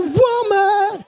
woman